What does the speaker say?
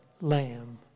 lamb